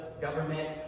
government